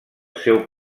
seu